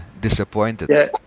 disappointed